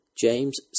James